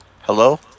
Hello